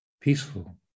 peaceful